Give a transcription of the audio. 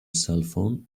cellphone